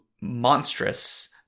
monstrous